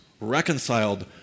reconciled